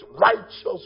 righteous